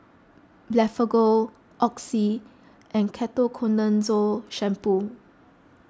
Blephagel Oxy and Ketoconazole Shampoo